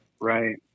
Right